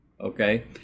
Okay